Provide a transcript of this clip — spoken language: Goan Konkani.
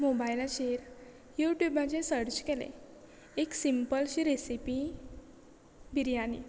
मोबायलाचेर यू ट्यूबाचेर सर्च केलें एक सिंपलशी रेसिपी बिरयानी